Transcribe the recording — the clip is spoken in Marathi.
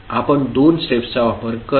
आपण दोन स्टेप्सचा वापर करतो